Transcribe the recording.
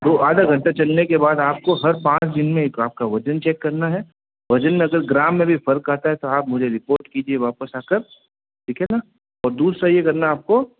वो आधा घंटा चलने के बाद आपको हर पाँच दिन में एक आपका वजन चेक करना है वजन में अगर ग्राम में भी फर्क आता है तो आप मुझे रिपोर्ट कीजिए वापस आकर ठीक है ना और दूसरा ये करना है आपको